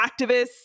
activists